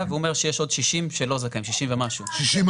והוא אומר שיש עוד 60 ומשהו שלא זכאים.